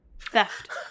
Theft